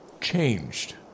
changed